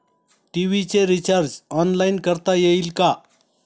TV चे recharge online करता येईल का?